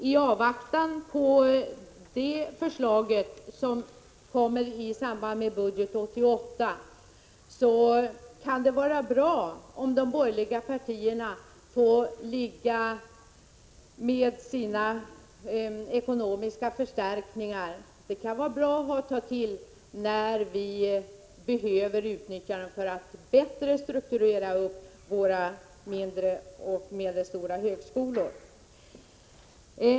I avvaktan på det förslaget, som kommer i samband med budgeten 1988, kan det vara bra om de borgerliga partierna får ligga kvar med sina ekonomiska förstärkningar —de kan vara bra att ta till när vi behöver utnyttja medel för att bättre strukturera våra mindre och medelstora högskolor.